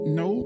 no